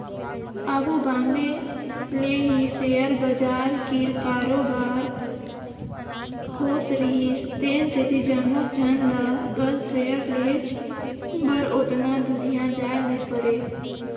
आघु बॉम्बे ले ही सेयर बजार कीर कारोबार होत रिहिस तेन सेती जम्मोच झन ल बस सेयर लेहेच बर ओतना दुरिहां जाए ले परे